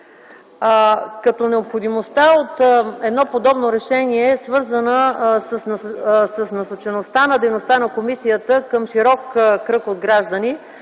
Необходимостта от подобно решение е свързана с насочеността на дейността на комисията към широк кръг граждани,